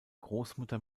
großmutter